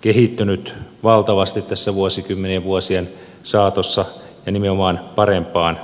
kehittynyt valtavasti tässä vuosikymmenien ja vuosien saatossa ja nimenomaan parempaan suuntaan